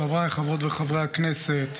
חבריי חברות וחברי הכנסת,